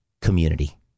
community